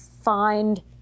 find